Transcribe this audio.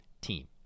team